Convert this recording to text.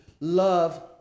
love